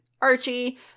Archie